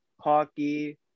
hockey